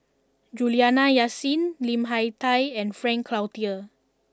Juliana Yasin Lim Hak Tai and Frank Cloutier